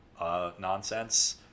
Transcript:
nonsense